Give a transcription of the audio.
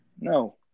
No